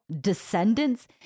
Descendants